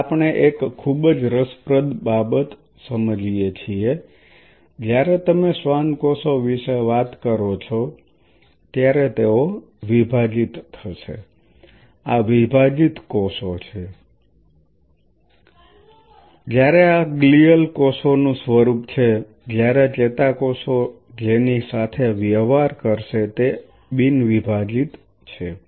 હવે આપણે એક ખૂબ જ રસપ્રદ બાબત સમજીએ છીએ કે જ્યારે તમે શ્વાન કોષો વિશે વાત કરો છો ત્યારે તેઓ વિભાજીત થશે આ વિભાજીત કોષો છે જ્યારે આ ગ્લિઅલ કોષોનું સ્વરૂપ છે જ્યારે ચેતાકોષો જેની સાથે વ્યવહાર કરશે તે બિન વિભાજીત છે